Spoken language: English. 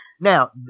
Now